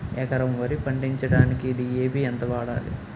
ఎకరం వరి పండించటానికి డి.ఎ.పి ఎంత వాడాలి?